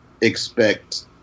expect